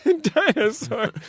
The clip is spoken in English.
Dinosaur